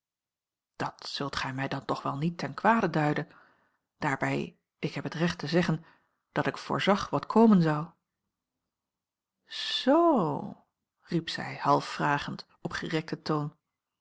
dat zult gij mij dan toch wel niet ten kwade duiden daarbij ik heb het recht te zeggen dat ik voorzag wat komen zou z riep zij half vragend op gerekten toon